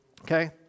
Okay